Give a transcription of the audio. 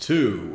Two